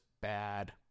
bad